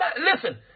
listen